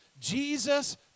Jesus